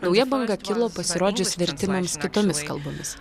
nauja banga kilo pasirodžius vertimams kitomis kalbomis